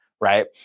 right